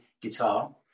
guitar